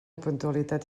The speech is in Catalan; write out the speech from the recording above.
puntualitat